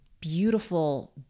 beautiful